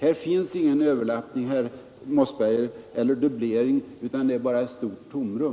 Här finns ingen överlappning eller dubblering, herr Mossberger, utan det är bara ett stort tomrum.